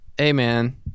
Amen